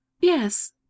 Yes